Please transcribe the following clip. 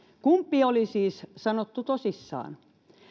kumpi oli siis sanottu tosissaan